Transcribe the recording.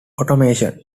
automation